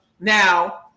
now